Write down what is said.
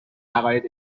عقاید